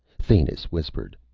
thanis whispered,